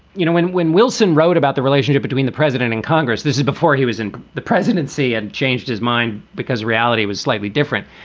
you know, when when wilson wrote about the relationship between the president and congress, this is before he was in the presidency and changed his mind because reality was slightly different.